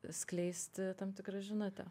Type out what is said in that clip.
skleisti tam tikrą žinutę